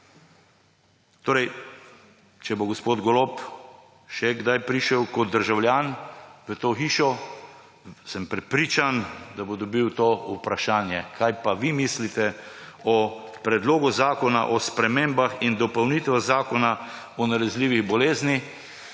Če bo gospod Golob še kdaj prišel kot državljan v to hišo, sem prepričan, da bo dobil to vprašanje: kaj pa vi mislite o Predlogu zakona o spremembah in dopolnitvah Zakona o nalezljivih boleznih,